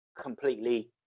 completely